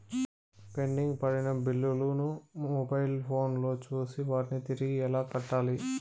pending పడిన బిల్లులు ను మొబైల్ ఫోను లో చూసి వాటిని తిరిగి ఎలా కట్టాలి